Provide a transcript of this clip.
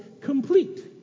complete